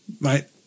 Right